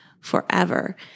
forever